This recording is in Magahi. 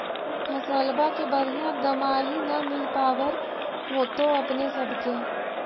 फसलबा के बढ़िया दमाहि न मिल पाबर होतो अपने सब के?